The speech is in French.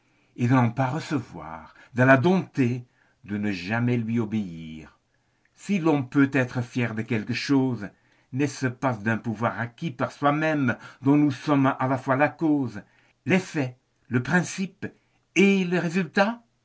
de n'en pas recevoir de la dompter de ne jamais lui obéir si l'on peut être fier de quelque chose n'est-ce pas d'un pouvoir acquis par soi-même dont nous sommes à la fois la cause l'effet le principe et le résultat